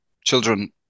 children